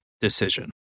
decision